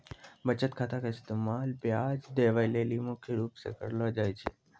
बचत खाता के इस्तेमाल ब्याज देवै लेली मुख्य रूप से करलो जाय छै